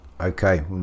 okay